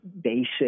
basic